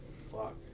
Fuck